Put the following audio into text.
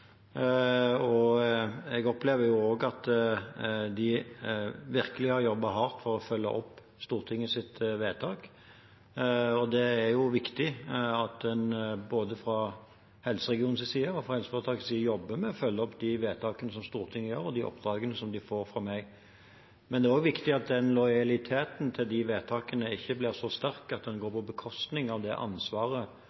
Jeg opplever også at de virkelig har jobbet hardt for å følge opp Stortingets vedtak. Det er viktig at en fra både helseregionens og helseforetakets side jobber med å følge opp de vedtakene Stortinget gjør, og de oppdragene de får fra meg. Men det er også viktig at lojaliteten til de vedtakene ikke blir så sterk at den går